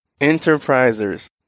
Enterprisers